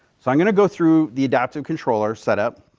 so, i'm going to go through the adaptive controller setup.